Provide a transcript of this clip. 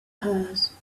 hers